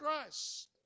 Christ